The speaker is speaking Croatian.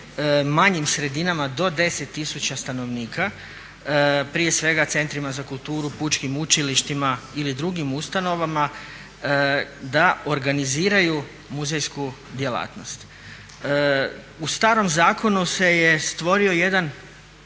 manjim sredinama do 10 tisuća stanovnika prije svega centrima za kulturu, pučkim učilištima ili drugim ustanovama da organiziraju muzejsku djelatnost. U starom zakonu se je stvorio jedan